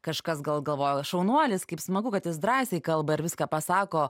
kažkas gal galvoja šaunuolis kaip smagu kad jis drąsiai kalba ir viską pasako